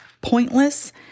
pointless